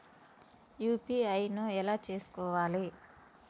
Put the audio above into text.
UPI ను ఎలా చేస్కోవాలి?